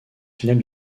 finale